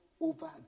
over